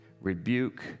rebuke